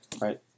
Right